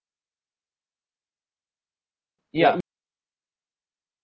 ya